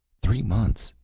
three months,